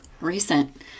recent